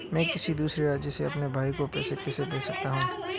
मैं किसी दूसरे राज्य से अपने भाई को पैसे कैसे भेज सकता हूं?